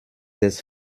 des